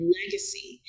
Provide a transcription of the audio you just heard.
legacy